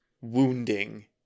wounding